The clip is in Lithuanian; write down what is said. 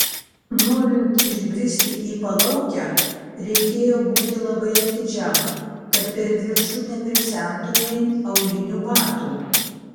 norint išbristi į palaukę reikėjo būti labai atidžiam kad per viršų neprisemtumei aulinių batų